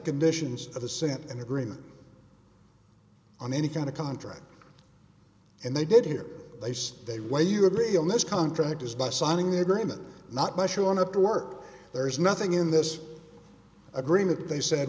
conditions of assent and agreement on any kind of contract and they did here they said they way you would be on this contract is by signing the agreement not by showing up to work there is nothing in this agreement they said